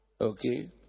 Okay